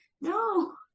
no